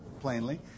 plainly